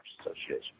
Association